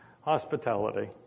hospitality